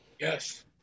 Yes